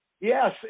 Yes